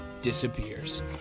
disappears